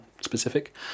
specific